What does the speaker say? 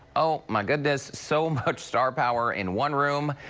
oh, my goodness, so much star power in one room.